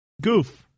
Goof